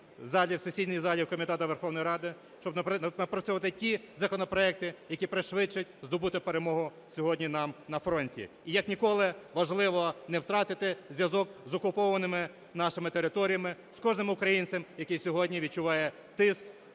в сесійній залі, в Комітетах Верховної Ради, щоб напрацьовувати ті законопроекти, які пришвидшать здобути перемогу сьогодні нам на фронті. І як ніколи важливо не втратити зв'язок з окупованими нашими територіями, з кожним українцем, який сьогодні відчуває тиск